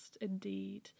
indeed